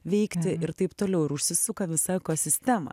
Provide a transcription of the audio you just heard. veikti ir taip toliau ir užsisuka ekosistema